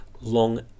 long